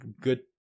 good